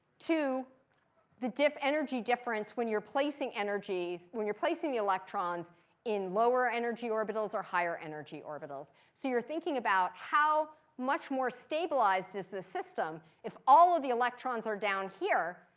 to the diff energy difference, when you're placing energies when you're placing the electrons in lower energy orbitals or higher energy orbitals. so you're thinking about how much more stabilized is the system if all of the electrons are down here.